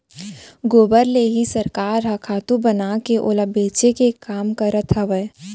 गोबर ले ही सरकार ह खातू बनाके ओला बेचे के काम करत हवय